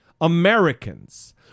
Americans